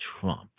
Trump